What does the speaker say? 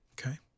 Okay